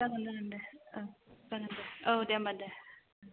जागोन ओं दे औ जागोन दे औ दे होमब्ला दे